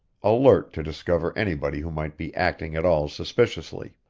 alert to discover anybody who might be acting at all suspiciously.